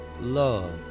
love